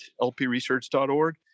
lpresearch.org